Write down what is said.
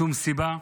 משום סיבה,